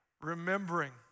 remembering